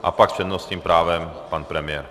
A pak s přednostním právem pan premiér.